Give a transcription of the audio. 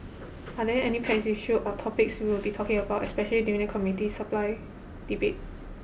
are there any pet issues or topics we will be talking about especially during the Committee Supply debate